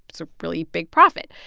that's a really big profit.